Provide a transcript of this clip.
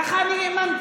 ככה אני האמנתי,